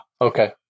Okay